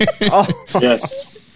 Yes